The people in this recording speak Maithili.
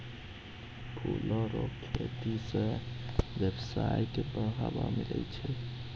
फूलो रो खेती से वेवसाय के बढ़ाबा मिलै छै